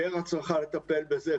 גם ור"ה צריכה לטפל בזה,